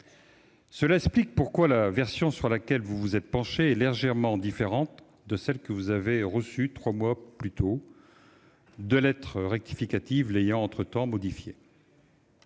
Cela explique pourquoi la version sur laquelle vous vous êtes penchés est légèrement différente de celle que vous avez reçue trois mois plus tôt, deux lettres rectificatives l'ayant entre-temps modifiée.